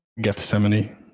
Gethsemane